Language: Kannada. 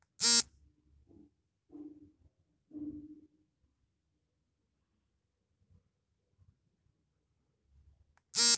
ಕುಂಟೆಯು ಹೊರಗಿನ ಬಳಕೆಗಾಗಿ ಬ್ರೂಮ್ ಆಗಿದ್ದು ಹಲ್ಲಿನ ಪಟ್ಟಿಯನ್ನು ಹ್ಯಾಂಡಲ್ಗೆ ಅಡ್ಡಲಾಗಿ ಜೋಡಿಸಲಾಗಯ್ತೆ